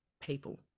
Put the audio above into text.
people